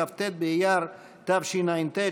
כ"ט באייר תשע"ט,